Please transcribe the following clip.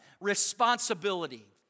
Responsibility